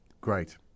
Great